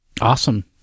Awesome